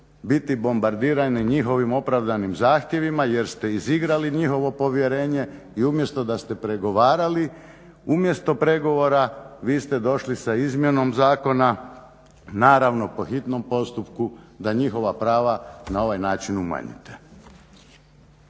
biti bombardirani njihovim opravdanim zahtjevima jer ste izigrali njihovo povjerenje i umjesto da ste pregovarali, umjesto pregovora vi ste došli sa izmjenom zakona naravno po hitnom postupku da njihova prava na ovaj način umanjite.